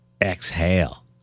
exhale